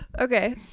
okay